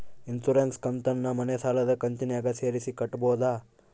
Insurance ಕಂತನ್ನ ಮನೆ ಸಾಲದ ಕಂತಿನಾಗ ಸೇರಿಸಿ ಕಟ್ಟಬೋದ?